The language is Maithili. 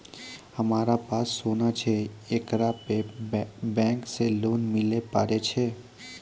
हमारा पास सोना छै येकरा पे बैंक से लोन मिले पारे छै?